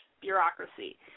bureaucracy